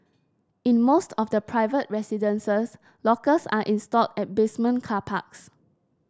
in most of the private residences lockers are installed at basement car parks